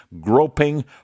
groping